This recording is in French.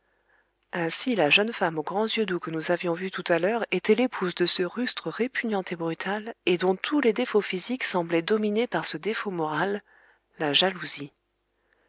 ainsi la jeune femme aux grands yeux doux que nous avions vue tout à l'heure était l'épouse de ce rustre dont tous les défauts physiques semblaient dominés par ce défaut moral la jalousie